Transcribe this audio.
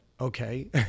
okay